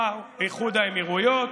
בא איחוד האמירויות,